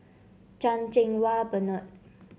Chan Cheng Wah Bernard